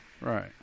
Right